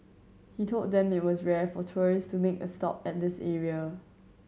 he told them it was rare for tourist to make a stop at this area